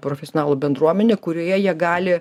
profesionalų bendruomenė kurioje jie gali